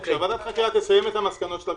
אבל כשוועדת החקירה תגיש את המסקנות שלה,